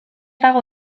dago